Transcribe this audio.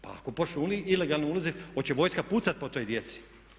Pa ako počnu ilegalno ulaziti hoće vojska pucat po toj djeci.